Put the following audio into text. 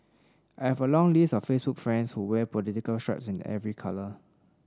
I have a long list of Facebook friends who wear political stripes in every colour